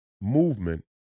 movement